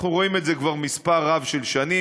אנחנו רואים את זה כבר מספר רב של שנים,